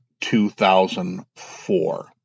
2004